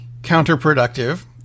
counterproductive